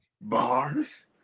Bars